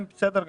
אתם בסדר גמור.